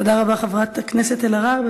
תודה רבה לחברת הכנסת אלהרר.